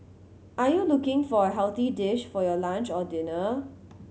are you looking for a healthy dish for your lunch or dinner